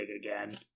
again